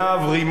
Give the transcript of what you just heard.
רימה,